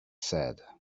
said